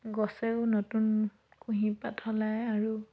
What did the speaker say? গছেও নতুন কুঁহিপাত সলায় আৰু